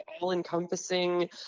all-encompassing